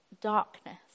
darkness